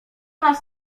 nas